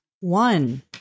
One